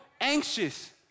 anxious